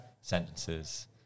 sentences